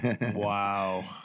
Wow